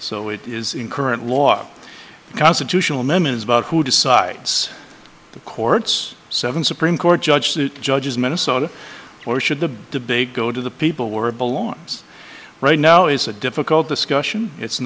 so it is in current law constitutional amendments but who decides the court's seven supreme court judge that judges minnesota or should the debate go to the people were belongs right now is a difficult discussion it's